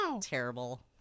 Terrible